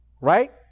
Right